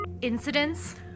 Incidents